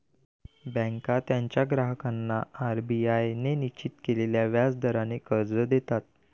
बँका त्यांच्या ग्राहकांना आर.बी.आय ने निश्चित केलेल्या व्याज दराने कर्ज देतात